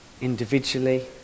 Individually